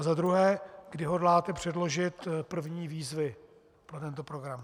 Za druhé, kdy hodláte předložit první výzvy pro tento program.